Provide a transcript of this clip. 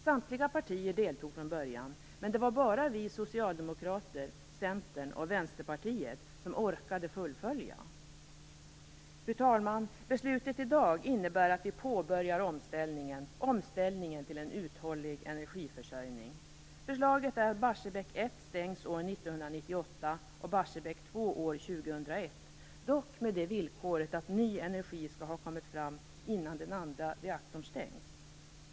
Samtliga partier deltog från början, men det var bara vi socialdemokrater, Centern och Vänsterpartiet som orkade fullfölja det hela. Fru talman! Beslutet i dag innebär att vi påbörjar omställningen - en omställning till en uthållig energiförsörjning. Förslaget är att Barsebäck 1 stängs år 1998 och Barsebäck 2 år 2001, dock med det villkoret att ny energi skall ha kommit fram innan den andra reaktorn stängs.